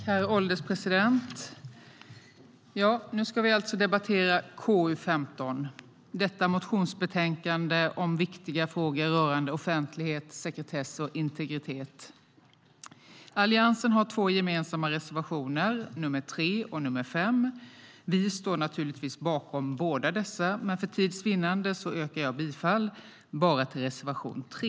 Herr ålderspresident! Nu ska vi debattera KU15 som är ett motionsbetänkande om viktiga frågor rörande offentlighet, sekretess och integritet. Alliansen har två gemensamma reservationer, nr 3 och nr 5. Vi står naturligtvis bakom båda, men för tids vinnande yrkar jag bifall bara till reservation 3.